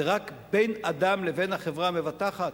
זה רק בין אדם לבין החברה המבטחת?